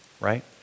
right